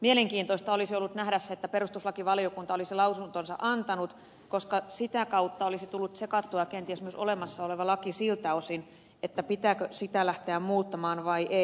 mielenkiintoista olisi ollut nähdä se että perustuslakivaliokunta olisi lausuntonsa antanut koska sitä kautta olisi tullut tsekattua kenties myös olemassa oleva laki siltä osin pitääkö sitä lähteä muuttamaan vai ei